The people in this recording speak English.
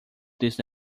these